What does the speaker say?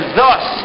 thus